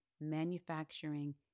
manufacturing